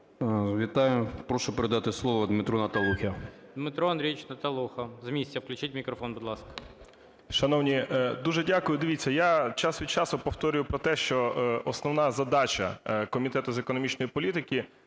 Дмитро Андрійович Наталуха. З місця включіть мікрофон, будь ласка.